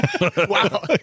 Wow